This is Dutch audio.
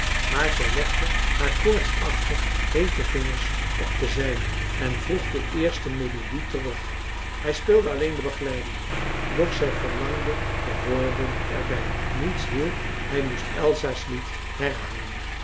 maar zij legde haar koortsachtig heete vingers op de zijnen en vroeg de eerste melodie terug hij speelde alleen de begeleiding doch zij verlangde de woorden er bij niets hielp hij moest elsa's lied herhalen